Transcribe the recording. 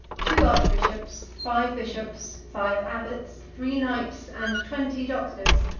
two archbishops, five bishops, five abbots, three knights, and twenty doctors,